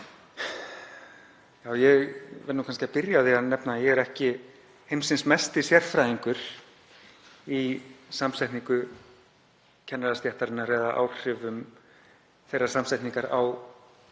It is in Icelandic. Ég verð nú kannski að byrja á því að nefna að ég er ekki heimsins mesti sérfræðingur í samsetningu kennarastéttarinnar eða áhrifum þeirrar samsetningar á